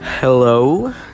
Hello